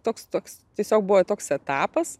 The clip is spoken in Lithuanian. toks toks tiesiog buvo toks etapas